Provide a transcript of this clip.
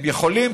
הם יכולים,